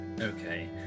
okay